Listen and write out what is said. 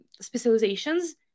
specializations